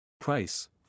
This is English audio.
Price